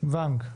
דין ואנג,